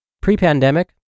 Pre-pandemic